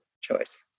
choice